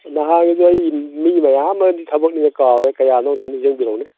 ꯅꯍꯥꯟꯒꯤꯗꯨꯗꯤ ꯑꯩ ꯃꯤ ꯃꯌꯥꯝ ꯑꯃꯒꯤ ꯊꯕꯛꯅꯤꯅ ꯀꯥꯎꯔꯦ ꯀꯌꯥꯅꯣ ꯑꯝꯇ ꯅꯤꯡꯁꯤꯕꯤꯔꯛꯎꯅꯦ